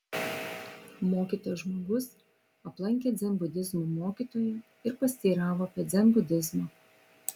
mokytas žmogus aplankė dzenbudizmo mokytoją ir pasiteiravo apie dzenbudizmą